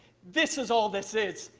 this is all this is,